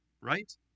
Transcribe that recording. right